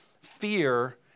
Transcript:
fear